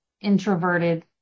introverted